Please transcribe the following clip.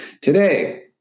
Today